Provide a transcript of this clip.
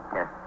Yes